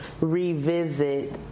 revisit